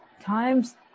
times